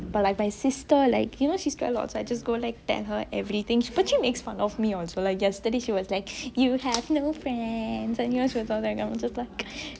but like my sister like you know she's quite lots so I go tell her everything but she makes fun of me also yesterday she was like you have no friends then I was just like